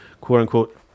quote-unquote